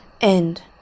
End